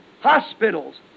hospitals